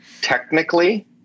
technically